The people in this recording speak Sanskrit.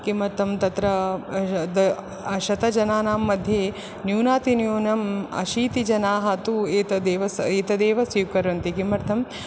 किमर्थं तत्र शतजनानां मध्ये न्यूनातिन्यूनम् अशीतिजनाः तु एतदेव एतदेव स्वीकुर्वन्ति किमर्थम्